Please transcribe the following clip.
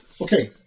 Okay